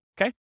Okay